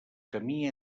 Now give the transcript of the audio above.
camí